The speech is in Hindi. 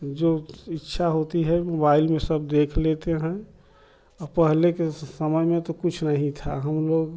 जो इच्छा होती है मोबाइल में सब देख लेते हैं पहले के समय में तो कुछ नहीं था हम लोग